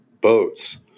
boats